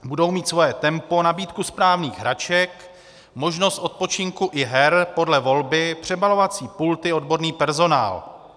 Budou mít svoje tempo, nabídku správných hraček, možnost odpočinku i her podle volby, přebalovací pulty, odborný personál.